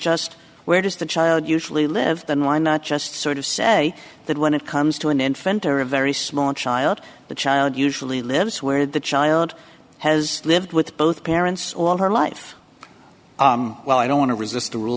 just where does the child usually live then why not just sort of say that when it comes to an infant or a very small child the child usually lives where the child has lived with both parents all her life well i don't want to resist a rule